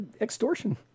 extortion